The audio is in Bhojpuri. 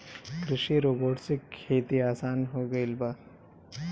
कृषि रोबोट से खेती आसान हो गइल बा